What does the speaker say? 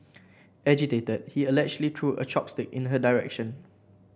agitated he allegedly threw a chopstick in her direction